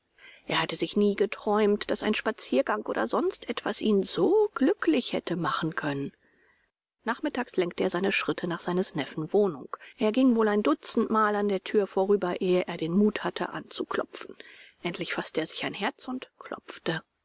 er hatte sich nie geträumt daß ein spaziergang oder sonst etwas ihn so glücklich hätte machen können nachmittags lenkte er seine schritte nach seines neffen wohnung er ging wohl ein dutzendmal an der thür vorüber ehe er den mut hatte anzuklopfen endlich faßte er sich ein herz und klopfte